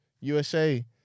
USA